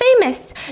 famous